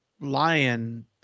lion